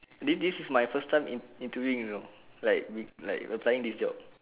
this this is my first time in interviewing you know like we like applying this job